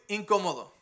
incómodo